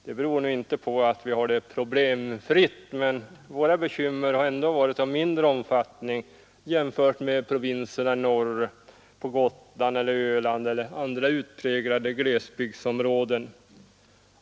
Det beror nu inte på att vi har det problemfritt, men våra bekymmer har ändå varit av mindre omfattning, jämfört med provinserna i norr, Gotland och Öland eller andra utpräglade glesbygdsområden.